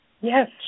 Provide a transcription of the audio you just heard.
Yes